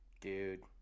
dude